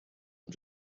and